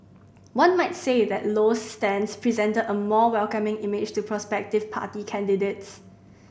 one might say that Low's stance presented a more welcoming image to prospective party candidates